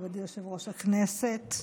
כבוד יושב-ראש הכנסת,